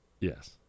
Yes